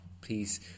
please